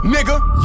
Nigga